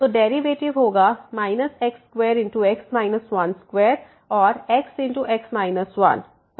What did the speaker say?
तो डेरिवेटिव होगा x2x 12 और xx 1 का डेरिवेटिव 2x 1 होगा